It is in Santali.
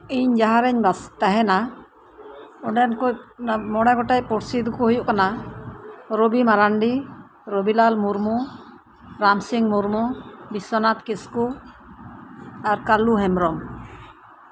ᱤᱧ ᱡᱟᱦᱟᱸ ᱨᱮᱧ ᱛᱟᱦᱮᱱᱟ ᱚᱸᱰᱮᱱ ᱠᱩᱡ ᱚᱱᱟ ᱢᱚᱲᱮ ᱜᱚᱴᱮᱡ ᱯᱚᱲᱥᱤ ᱫᱚᱠᱩ ᱦᱩᱭᱩᱜ ᱠᱟᱱᱟ ᱨᱚᱵᱤ ᱢᱟᱨᱟᱱᱰᱤ ᱨᱚᱵᱤᱞᱟᱞ ᱢᱩᱨᱢᱩ ᱨᱟᱢᱥᱤᱝ ᱢᱩᱨᱢᱩ ᱵᱤᱥᱥᱚᱱᱟᱛᱷ ᱠᱤᱥᱠᱩ ᱟᱨ ᱠᱟᱞᱩ ᱦᱮᱢᱵᱨᱚᱢ